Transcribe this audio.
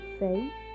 faith